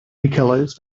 nicholas